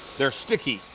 they are sticky.